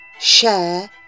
share